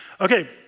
Okay